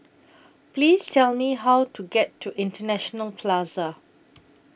Please Tell Me How to get to International Plaza